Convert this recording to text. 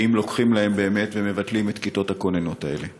אם באמת לוקחים להם ומבטלים את כיתות הכוננות האלה?